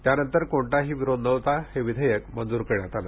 त्यानंतर कोणताही विरोध न होता हे विधेयक मंजूर करण्यात आलं